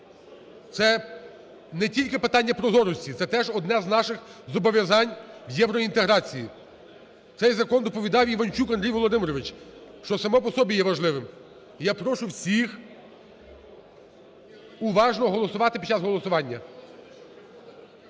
Це не тільки питання прозорості, це теж одне з наших зобов'язань євроінтеграції. Цей закон доповідав Іванчук Андрій Володимирович, що само по собі є важливим. Я прошу всіх уважно голосувати під час голосування.